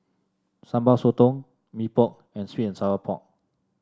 Sambal Sotong Mee Pok and sweet and Sour Pork